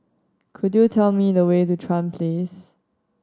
could you tell me the way to Chuan Place